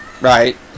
right